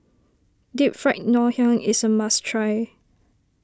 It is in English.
Deep Fried Ngoh Hiang is a must try